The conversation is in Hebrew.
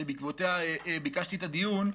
שבעקבותיה ביקשתי את הדיון,